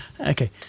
okay